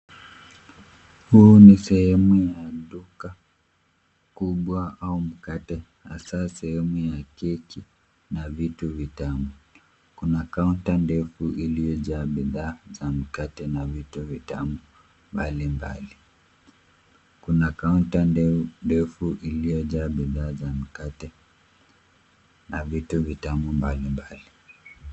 Huu ni sehemu ya duka kubwa au mkate hasa sehemu ya keki na vitu vitamu. Kuna kaunta ndefu iliyojaa bidhaa za mkate na vitu vitamu mbalimbali. Kuna kaunta ndefu iliyojaa bidhaa za mikate na vitu vitamu mbalimbali.